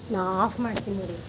ನಾ ಆಫ್ ಮಾಡ್ತೀನಿ ಇರು